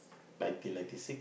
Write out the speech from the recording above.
nineteen ninety six